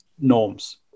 norms